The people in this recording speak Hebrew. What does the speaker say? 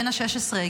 בן ה-16,